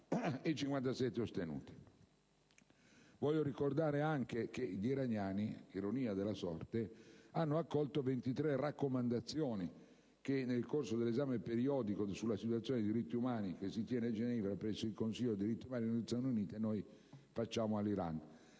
gli astenuti. Vorrei anche ricordare che gli iraniani - ironia della sorte - hanno accolto 23 raccomandazioni che nel corso dell'esame periodico universale sulla situazione dei diritti umani tenutosi a Ginevra, presso il Consiglio per i diritti umani delle Nazioni Unite, facciamo all'Iran.